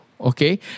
okay